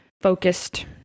focused